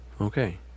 Okay